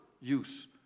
use